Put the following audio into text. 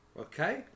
okay